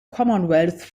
commonwealth